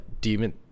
demon